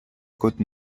côte